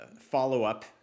follow-up